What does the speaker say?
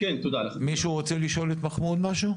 מישהו רוצה לשאול את מחמוד משהו?